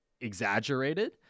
Exaggerated